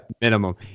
Minimum